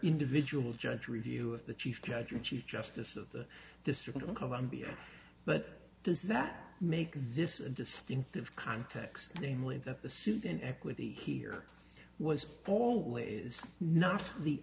individual judge review of the chief judge and chief justice of the district of columbia but does that make this distinctive context namely that the suit in equity here was always not the